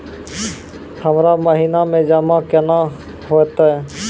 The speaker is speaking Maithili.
हमरा महिना मे जमा केना हेतै?